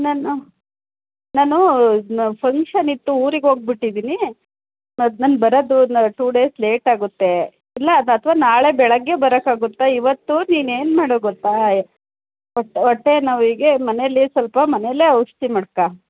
ನಾನು ನಾನು ಫಂಕ್ಷನ್ ಇತ್ತು ಊರಿಗೆ ಹೋಗ್ಬಿಟ್ಟಿದ್ದೀನಿ ನಾನು ಬರೋದು ನಾ ಟು ಡೇಸ್ ಲೇಟ್ ಆಗುತ್ತೆ ಇಲ್ಲ ಅದು ಅಥ್ವಾ ನಾಳೆ ಬೆಳಗ್ಗೆ ಬರೋಕಾಗುತ್ತ ಇವತ್ತು ನೀನು ಏನು ಮಾಡು ಗೊತ್ತಾ ಹೊಟ್ಟೆ ಹೊಟ್ಟೆ ನೋವಿಗೆ ಮನೇಲಿ ಸ್ವಲ್ಪ ಮನೇಲೆ ಔಷಧಿ ಮಾಡ್ಕೊ